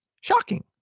shocking